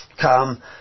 come